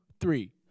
three